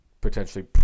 potentially